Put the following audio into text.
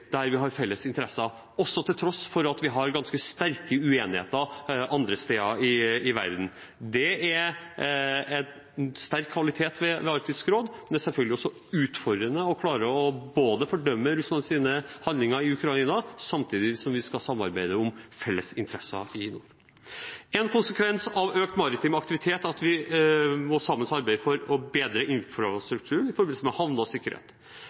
der vi har felles interesser, også til tross for at vi har ganske sterke uenigheter andre steder i verden. Det er en sterk kvalitet ved Arktisk råd. Det er selvfølgelig også utfordrende å klare å fordømme Russlands handlinger i Ukraina samtidig som vi skal samarbeide om felles interesser i nord. En konsekvens av økt maritim aktivitet er at vi sammen må arbeide for å bedre infrastrukturen i forbindelse med havner og sikkerhet.